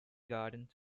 gardens